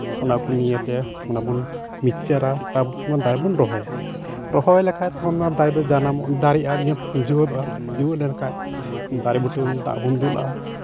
ᱚᱱᱟ ᱠᱚ ᱱᱤᱭᱮᱛᱮ ᱚᱱᱟ ᱵᱚᱱ ᱢᱤᱠᱪᱟᱨᱟ ᱛᱟᱯᱚᱨᱮ ᱫᱟᱨᱮ ᱵᱚᱱ ᱨᱚᱦᱚᱭᱟ ᱨᱚᱦᱚᱭ ᱞᱮᱠᱷᱟᱱ ᱛᱚᱠᱷᱚᱱ ᱫᱚ ᱚᱱᱟ ᱫᱟᱨᱮ ᱫᱚ ᱡᱟᱱᱟᱢ ᱫᱟᱨᱮᱜᱼᱟ ᱡᱤᱣᱮᱫᱚᱜᱼᱟ ᱡᱤᱣᱮᱫ ᱞᱮᱱᱠᱷᱟᱱ ᱫᱟᱨᱮ ᱵᱩᱴᱟᱹᱨᱮ ᱫᱟᱜ ᱵᱚᱱ ᱫᱩᱞᱟᱜᱼᱟ